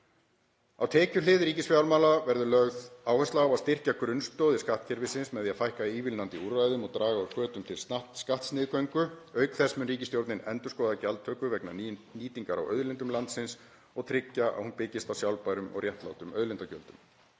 Á tekjuhlið ríkisfjármála verður lögð áhersla á að styrkja grunnstoðir skattkerfisins með því að fækka ívilnandi úrræðum og draga úr hvötum til skattasniðgöngu. Auk þess mun ríkisstjórnin endurskoða gjaldtöku vegna nýtingar á auðlindum landsins og tryggja að hún byggist á sjálfbærum og réttlátum auðlindagjöldum.